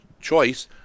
choice